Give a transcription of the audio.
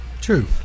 True